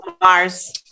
Mars